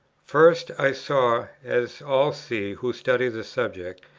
first i saw, as all see who study the subject,